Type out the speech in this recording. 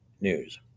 news